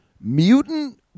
Mutant